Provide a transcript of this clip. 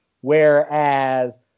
Whereas